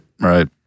right